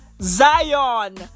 Zion